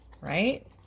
right